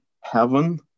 heaven